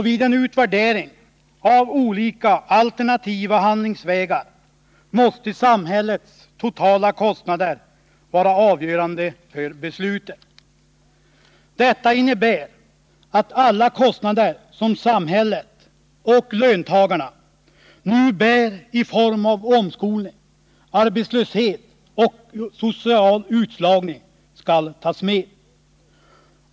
Vid en värdering av alternativa handlingsvägar måste samhällets totala kostnader vara avgörande för besluten. Det innebär att alla kostnader som samhället — och löntagarna — nu bär i form av omskolning, arbetslöshet och social utslagning skall tas med.